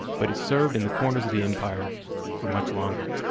but it served in the corners of the empire for much longer.